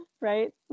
right